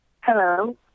Hello